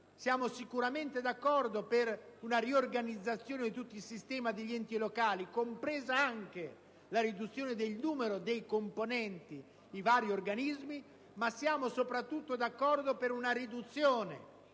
Siamo sicuramente d'accordo per una riorganizzazione di tutto il sistema degli enti locali, compresa anche la riduzione del numero dei componenti di vari organismi, ma siamo soprattutto d'accordo per una riduzione